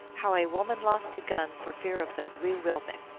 how a woman lost a gun for fear of tho wee willmekq.